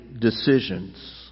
decisions